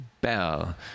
bell